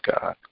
God